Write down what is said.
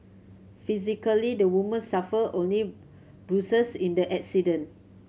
physically the woman suffered only bruises in the accident